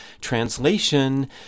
Translation